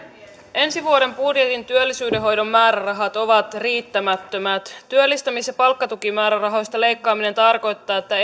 ensi vuoden budjetin työllisyydenhoidon määrärahat ovat riittämättömät työllistämis ja palkkatukimäärärahoista leikkaaminen tarkoittaa että